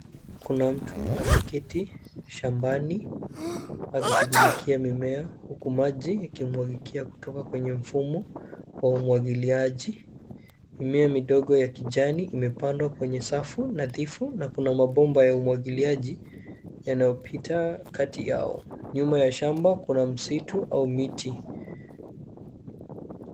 Kuna mtu ameketi shambani. Akishughulikia mimea huku maji ikimwagikia kutoka kwenye mfumo, wa umwagiliaji. Mimea midogo ya kijani imepandwa kwenye safu nadhifu na kuna mabomba ya umwagiliaji. Yanayopita kati yao, nyuma ya shamba kuna msitu au miti.